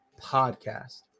Podcast